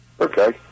Okay